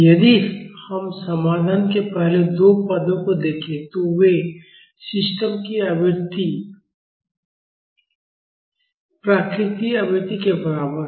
यदि हम समाधान के पहले दो पदों को देखें तो वे सिस्टम की आवृत्ति प्राकृतिक आवृत्ति के बराबर हैं